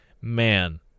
man